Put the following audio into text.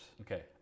Okay